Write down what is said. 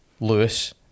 Lewis